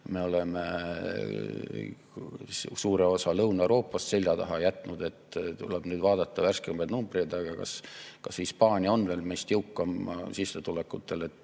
Me oleme suure osa Lõuna-Euroopast selja taha jätnud. Tuleb vaadata värskemaid numbreid, kas Hispaania on veel meist jõukam sissetulekute